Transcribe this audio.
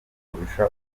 kurusha